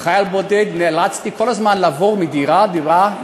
כחייל בודד נאלצתי כל הזמן לעבור מדירה לדירה,